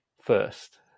first